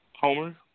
Homer